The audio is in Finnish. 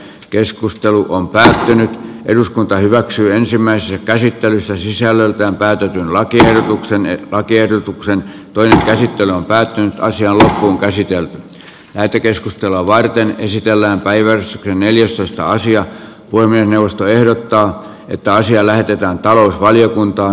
keskustelu on pysähtynyt eduskunta hyväksyy ensimmäisessä käsittelyssä sisällöltään täytyy ollakin ehdotuksen lakiehdotuksen toinen käsittely on päättynyt raisiolle käsityön jälkikeskustelua varten esitellään päivän reneljäsataaisia voimia puhemiesneuvosto ehdottaa että asia lähetetään talousvaliokuntaan